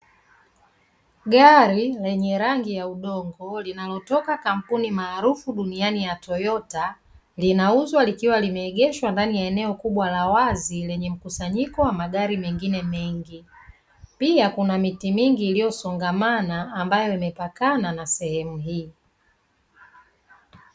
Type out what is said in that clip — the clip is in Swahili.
Gari lenye rangi ya udongo linalotoka kampuni maarufu duniani ya toyota, linauzwa likiwa limeegeshwa ndani ya eneo kubwa la wazi lenye mkusanyiko wa magari mengine mengi, pia kuna miti mingi iliyosongamana ambayo imepakana na sehemu hii.